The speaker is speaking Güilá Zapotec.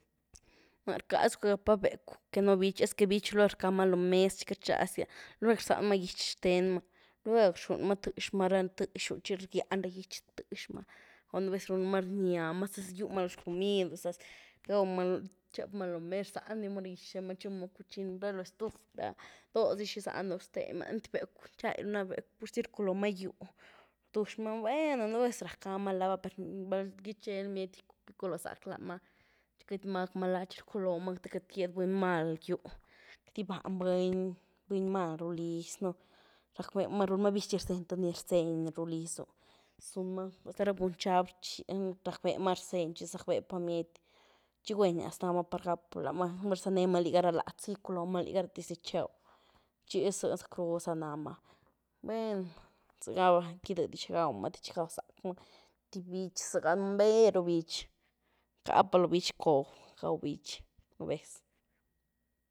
Nare rcazruka gapa’ becw que no bich es que bich luegh rkáma loh mez txi queity rchy-glazdia´ lueg rzánmah guitx xtenma, lueg rxunyma ra thëxma tëxyu chi ryan ra gytx tëxma o nu vez runma rniama zas gyuma lo xcomidu, zas gawma, chep´ ma lo mez rzandi ma ra gitx xtenma, ra lo estuf ra, do si xi gyzanu stenmani, einty becw txay ru na’ becw pur zi rculoh ma yúh rdush ma bueno nu vez rak ga ma nla va per val gy chiel mieti´gyculoo zak la mah chi queity ma gak ma la, txi rcu lo ma te kat yed buny mal gyw kat gy bany buny, buny mal ruliznu rak vema runyma viz chi r-seny th ni r-seny ru lizw, hasta ra buny xhab´ rak vema rzeny rak ve pa miethy, chi guenias na par gapu´la mah, r-sane ma liga latz gyculoma liga latiz a chew chi zakruw zanama bueno zh´ gava gy dhdyw xi gawmá th txi gaw zakmáh einty bích ziga mbee ru bích, kápa lo bích coor gaw bích nu’ vez.